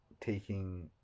taking